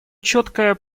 четкое